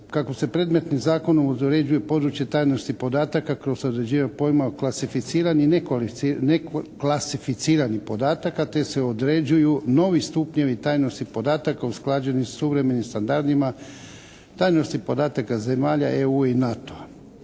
kako se predmetni Zakon …/Govornik se ne razumije./… područje tajnosti podataka kroz određivanje pojma o klasifiranih podataka te se određuju novi stupnjevi tajnosti podataka usklađeni sa suvremenim standardima tajnosti podataka zemalja EU i NATO-a.